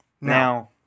Now